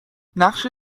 نقشت